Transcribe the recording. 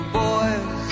boys